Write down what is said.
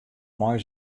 meie